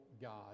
God